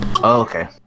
okay